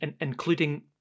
including